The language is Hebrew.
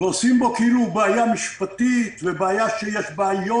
ועושים בו כאילו הוא בעיה משפטית ושיש בעיות.